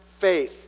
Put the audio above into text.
faith